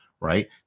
right